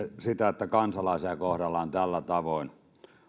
sitä että kansalaisia kohdellaan tällä tavoin